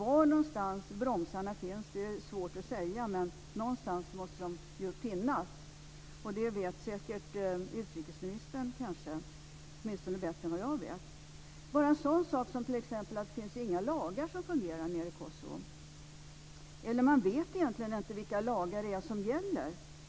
Var någonstans bromsarna finns är svårt att säga, men någonstans måste de ju finnas. Det vet säkert utrikesministern - åtminstone bättre än vad jag vet. Ta bara en sådan sak som att det inte finns några lagar som fungerar nere i Kosovo! Man vet egentligen inte vilka lagar det är som gäller.